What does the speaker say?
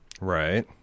right